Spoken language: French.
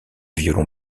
violon